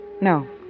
No